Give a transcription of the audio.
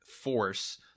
force